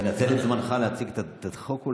אולי תנצל את זמנך להציג את החוק.